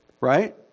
right